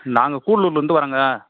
நாங்கள் கூடலூர்லேந்து வர்றோம்ங்க